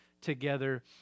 together